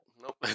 Nope